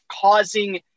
causing